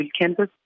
campus